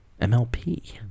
MLP